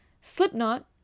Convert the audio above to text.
Slipknot